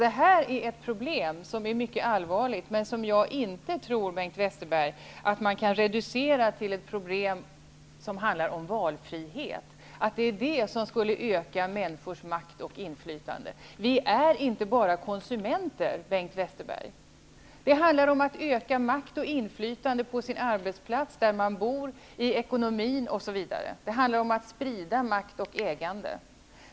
Det här är ett problem som är mycket allvarligt men som jag inte tror, Bengt Westerberg, att man kan reducera till ett problem som handlar om valfrihet, att det är det som skulle öka människors makt och inflytande. Vi är inte bara konsumenter, Bengt Westerberg. Det handlar om att öka makt och inflytande på sin arbetsplats, där man bor, i ekonomin, osv. Det handlar om att sprida makt och ägande.